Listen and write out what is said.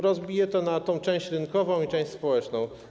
Rozbiję to na część rynkową i część społeczną.